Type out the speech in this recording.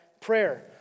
prayer